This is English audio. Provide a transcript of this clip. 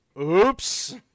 Oops